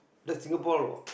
that's Singapore law